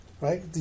right